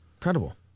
Incredible